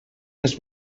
les